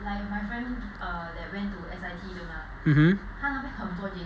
mmhmm